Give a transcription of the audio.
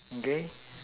okay